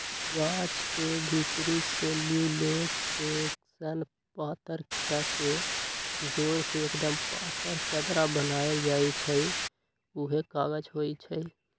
गाछ के भितरी सेल्यूलोस के सन पातर कके जोर के एक्दम पातर चदरा बनाएल जाइ छइ उहे कागज होइ छइ